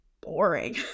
boring